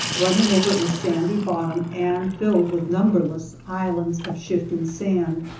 running over a sandy bottom and filled with numberless islands of shifting sand.